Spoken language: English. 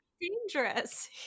dangerous